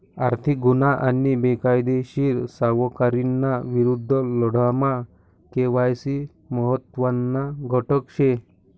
आर्थिक गुन्हा आणि बेकायदेशीर सावकारीना विरुद्ध लढामा के.वाय.सी महत्त्वना घटक शे